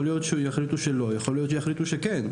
יכול להיות שיחליטו שלא, יכול להיות שיחליטו שכן.